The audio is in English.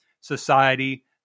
society